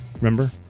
Remember